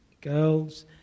girls